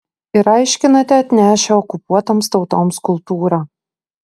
ir aiškinate atnešę okupuotoms tautoms kultūrą